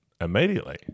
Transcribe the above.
immediately